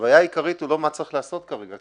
והבעיה העיקרית היא לא מה צריך לעשות כרגע,